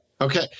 Okay